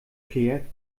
player